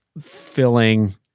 filling